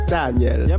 Daniel